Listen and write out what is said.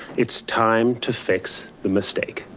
it's time to fix the mistake,